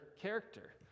character